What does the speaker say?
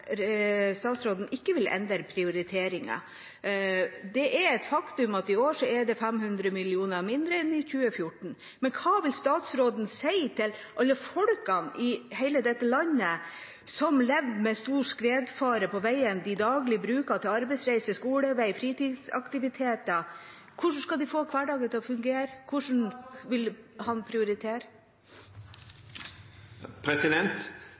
vil endre prioriteringen. Det er et faktum at i år er det 500 millioner mindre enn i 2014. Men hva vil statsråden si til alle folkene i hele dette landet som lever med stor skredfare på veiene de daglig bruker til arbeidsreise, skolevei, fritidsaktiviteter? Hvordan skal de få hverdagen til å fungere? Hvordan vil han prioritere?